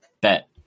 Bet